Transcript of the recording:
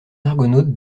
argonautes